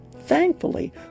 thankfully